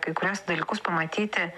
kai kuriuos dalykus pamatyti